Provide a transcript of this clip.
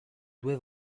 due